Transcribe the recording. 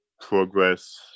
progress